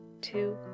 two